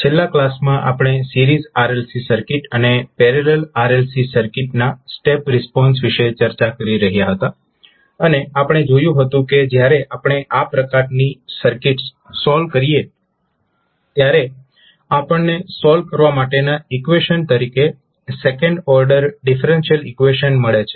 છેલ્લા કલાસ માં આપણે સિરીઝ RLC સર્કિટ અને પેરેલલ RLC સર્કિટ ના સ્ટેપ રિસ્પોન્સ વિશે ચર્ચા કરી રહ્યા હતા અને આપણે જોયું હતું કે જ્યારે આપણે આ પ્રકારની સર્કિટ્સ સોલ્વ કરીએ ત્યારે આપણને સોલ્વ કરવા માટેના ઈકવેશન તરીકે સેકન્ડ ઓર્ડર ડિફરન્શિયલ ઈકવેશન મળે છે